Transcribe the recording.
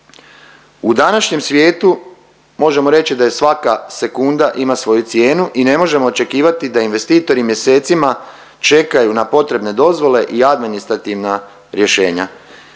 U današnjem svijetu možemo reći da svaka sekunda ima svoju cijenu i ne možemo očekivati da investitori mjesecima čekaju na potrebne dozvole i administrativna rješenja.